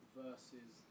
versus